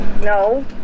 No